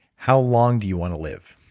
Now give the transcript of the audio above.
how long do you want to live?